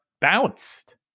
bounced